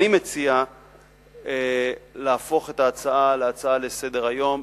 אני מציע להפוך את הצעת החוק להצעה לסדר-היום,